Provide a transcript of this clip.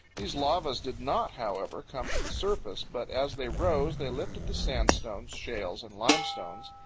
these lavas did not, however, come to the surface, but as they rose they lifted the sandstones, shales, and limestones,